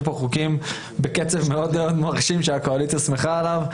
פה חוקים בקצב מאוד מרשים שהקואליציה שמחה עליו.